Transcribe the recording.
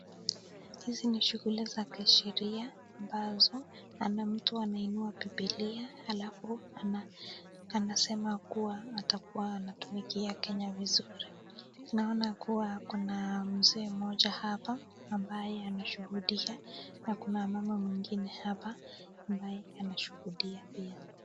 Hizi ni shughuli za kisheria ambazo naona mtu anainua bibilia, alafu anasema kuwa atakuwa anatumikia Kenya vizuri. Naona kuwa kuna mzee mmoja hapa ambaye anashuhudia, na kuna mmama mwingine hapa, ambaye anashuhudia pia